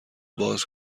باز